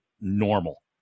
normal